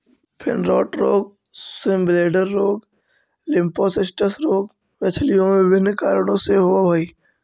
fin rot रोग, swim bladder रोग, lymphocystis रोग मछलियों में विभिन्न कारणों से होवअ हई